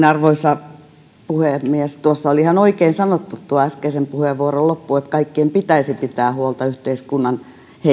arvoisa puhemies tuossa oli ihan oikein sanottu tuo äskeisen puheenvuoron loppu että kaikkien pitäisi pitää huolta yhteiskunnan